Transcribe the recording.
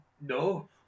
no